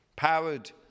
powered